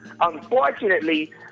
Unfortunately